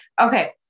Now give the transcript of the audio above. Okay